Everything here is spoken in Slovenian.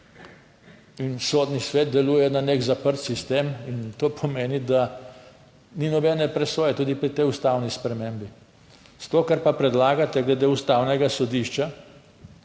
In Sodni svet deluje na nek zaprt sistem in to pomeni, da ni nobene presoje tudi pri tej ustavni spremembi. To, kar pa predlagate glede Ustavnega sodišča,